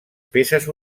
peces